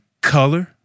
color